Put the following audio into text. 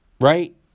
Right